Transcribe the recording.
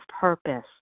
purpose